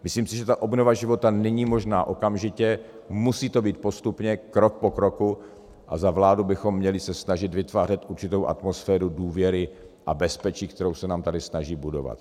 Myslím si, že ta obnova života není možná okamžitě, musí to být postupně, krok po kroku, a za vládu bychom měli se snažit vytvářet určitou atmosféru důvěry a bezpečí, kterou se nám tady snaží budovat.